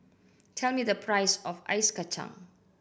tell me the price of ice kacang